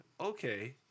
okay